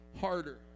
harder